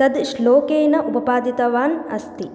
तद् श्लोकेन उपपादितवान् अस्ति